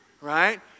right